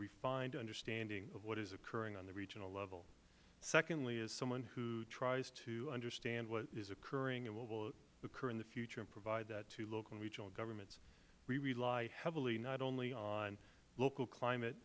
refined understanding of what is occurring on the regional level secondly is someone who tries to understand what is occurring and what will occur in the future and provide that to local and regional governments we rely heavily not only on local climate